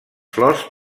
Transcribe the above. flors